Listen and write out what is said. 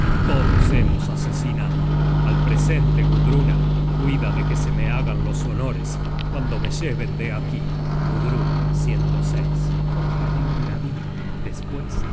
todos hemos asesinado al presente gudruna cuida de que se me hagan los honores cuando me lleven de aquí gudruna compraré un navío despues